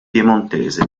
piemontese